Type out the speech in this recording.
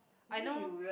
I know